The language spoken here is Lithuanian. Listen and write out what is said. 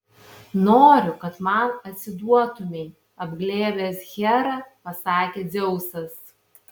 noriu kad man atsiduotumei apglėbęs herą pasakė dzeusas